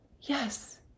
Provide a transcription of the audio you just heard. yes